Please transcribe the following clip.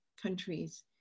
countries